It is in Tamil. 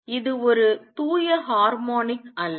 இது ஒரு தூய ஹார்மோனிக் அல்ல